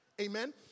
Amen